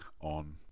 on